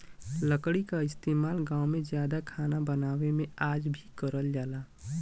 लकड़ी क इस्तेमाल गांव में जादा खाना बनावे में आज भी करल जाला